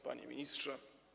Panie Ministrze!